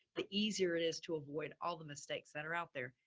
the easier it is to avoid all the mistakes that are out there.